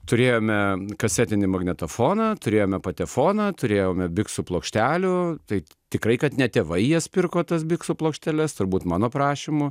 turėjome kasetinį magnetofoną turėjome patefoną turėjome biksų plokštelių tai tikrai kad ne tėvai jas pirko tas biksų plokšteles turbūt mano prašymu